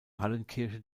hallenkirche